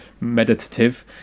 meditative